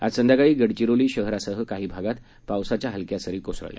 आज संध्याकाळी गडचिरोली शहरासह काही भागात पावसाच्या हलक्या सरी कोसळल्या